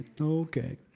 Okay